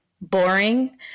boring